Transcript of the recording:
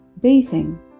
bathing